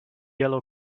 yellow